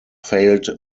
failed